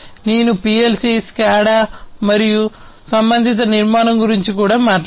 నేను PLC SCADA మరియు సంబంధిత నిర్మాణం గురించి కూడా మాట్లాడాను